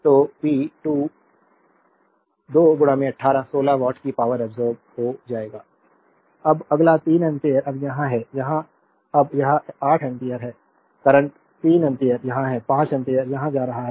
तो P2 2 8 16 watt की power absorbed हो जाएगा अब अगला 3 एम्पीयर अब यहाँ है यहाँ अब यह 8 एम्पीयर है करंट 3 एम्पीयर यहाँ है 5 एम्पीयर यहाँ जा रहा है